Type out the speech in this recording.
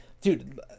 Dude